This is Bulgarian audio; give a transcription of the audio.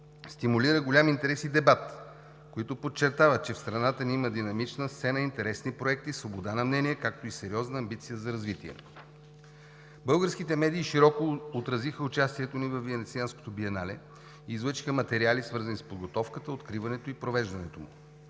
стимулира голям интерес и дебат, които подчертават, че в страната ни има динамична сцена, интересни проекти, свобода на мнения, както и сериозна амбиция за развитие. Българските медии широко отразиха участието ни във Венецианското биенале. Излъчиха материали, свързани с подготовката, откриването и провеждането му.